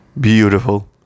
Beautiful